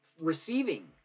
receiving